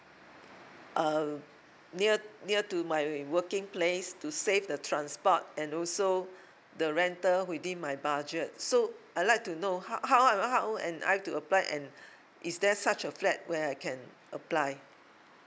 uh near near to my working place to save the transport and also the rental within my budget so I'd like to know how how old how old am I to apply and is there such a flat where I can apply